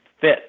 fit